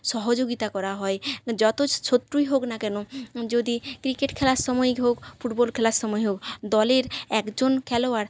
সহযোগিতা করা হয় যত শত্রুই হোক না কেন যদি ক্রিকেট খেলায় সময়েই হোক ফুটবল খেলার সময় হোক দলের একজন খেলোয়াড়